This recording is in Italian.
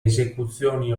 esecuzioni